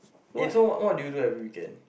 eh so what do you do every weekend